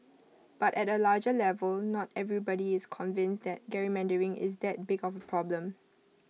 but at A larger level not everybody is convinced that gerrymandering is that big of A problem